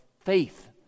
faith